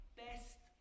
best